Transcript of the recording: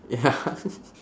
ya